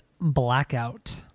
blackout